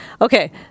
Okay